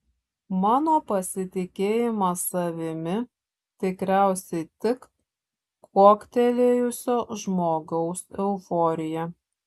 mano pasitikėjimas savimi tikriausiai tik kuoktelėjusio žmogaus euforija